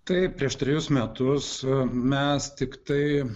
taip prieš trejus metus mes tiktai